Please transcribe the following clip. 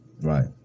right